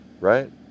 right